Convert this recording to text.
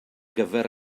gyfer